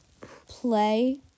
play